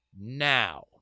now